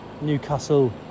Newcastle